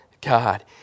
God